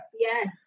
Yes